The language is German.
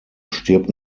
stirbt